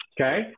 Okay